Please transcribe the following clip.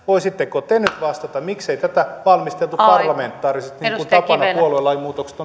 voisitteko te nyt vastata miksei tätä valmisteltu parlamentaarisesti niin kuin tapana on kun puoluelain muutokset